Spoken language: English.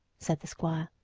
said the squire,